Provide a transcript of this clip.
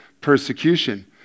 persecution